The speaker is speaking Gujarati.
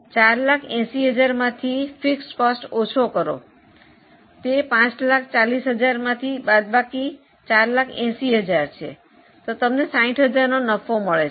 480000 માંથી સ્થિર ખર્ચ ઓછું કરો તે 540000 બાદબાકી 480000 છે તમને 60 000 નો નફો મળે છે